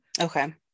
okay